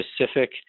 specific